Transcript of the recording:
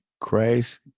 Christ